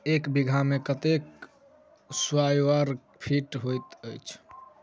एक बीघा मे कत्ते स्क्वायर फीट होइत अछि?